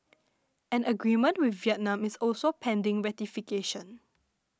an agreement with Vietnam is also pending ratification